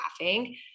laughing